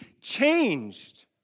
changed